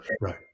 Right